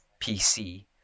pc